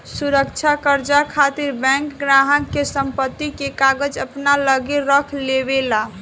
सुरक्षा कर्जा खातिर बैंक ग्राहक के संपत्ति के कागज अपना लगे रख लेवे ला